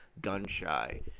gun-shy